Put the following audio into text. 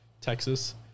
Texas